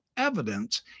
Evidence